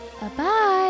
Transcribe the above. Bye-bye